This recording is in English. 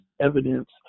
evidence